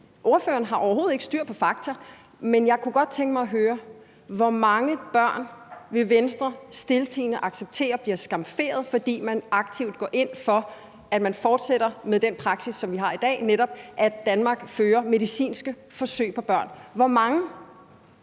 Ordføreren har overhovedet ikke styr på fakta. Men jeg kunne godt tænke mig at høre: Hvor mange børn vil Venstre stiltiende acceptere bliver skamferet, fordi man aktivt går ind for, at vi fortsætter med den praksis, som vi har i dag, nemlig at Danmark udfører medicinske forsøg på børn? Hvor mange?